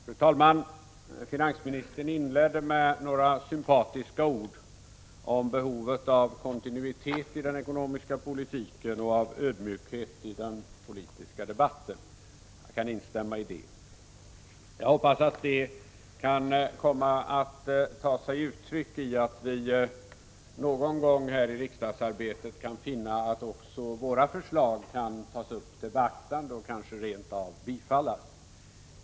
Fru talman! Finansministern inledde med några sympatiska ord om behovet av kontinuitet i den ekonomiska politiken och av ödmjukhet i den politiska debatten. Jag kan instämma i det. Jag hoppas att det kan komma att ta sig uttryck här i riksdagsarbetet på så sätt att också våra förslag någon gång kan beaktas och kanske rent av bifallas.